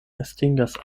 estingas